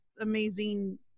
amazing